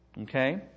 Okay